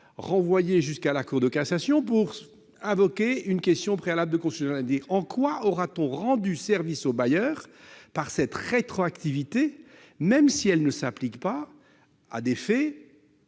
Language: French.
jusqu'à la Cour de cassation pour aboutir à une question préalable de constitutionnalité. En quoi aurons-nous rendu service au bailleur par cette rétroactivité, même si celle-ci ne s'applique pas à des faits